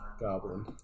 goblin